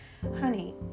honey